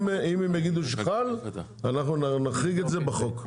אם הם יגידו שחל אנחנו נחריג את זה בחוק.